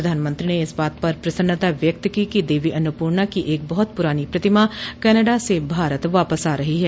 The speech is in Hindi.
प्रधानमंत्री ने इस बात पर प्रसन्नता व्यक्त की कि देवी अन्नपूर्णा की एक बहुत पुरानी प्रतिमा कनाडा से भारत वापस आ रही है